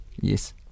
Yes